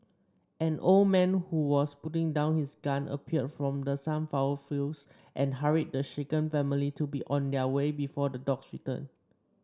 an old man who was putting down his gun appeared from the sunflower fields and hurried the shaken family to be on their way before the dogs return